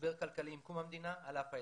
משבר כלכלי עם קום המדינה על אף האתגרים.